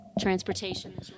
transportation